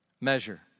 measure